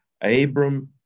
Abram